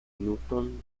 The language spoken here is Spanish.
newton